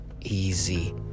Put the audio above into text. easy